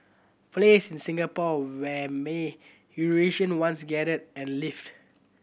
place in Singapore where may Eurasian once gathered and lived